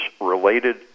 related